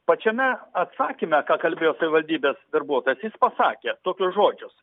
pačiame atsakyme ką kalbėjo savivaldybės darbuotojas jis pasakė tokius žodžius